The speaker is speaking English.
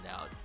out